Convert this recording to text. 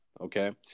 okay